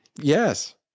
Yes